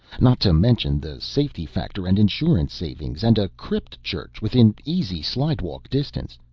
not to mention the safety factor and insurance savings and a crypt church within easy slidewalk distance.